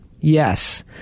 Yes